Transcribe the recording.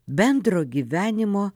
bendro gyvenimo